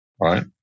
right